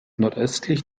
nordöstlich